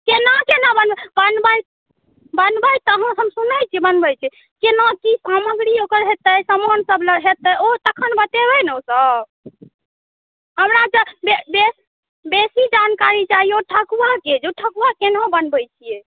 केना केना बनबै छी बनबै तऽ हम सुनै छी केना बनबै छी केना की सामग्री ओकर हेतै समान सब हेतै ओ कखन हमरा तऽ जानकारी चाही ओ ठकुआके से ओ ठकुआ केना बनबै छियै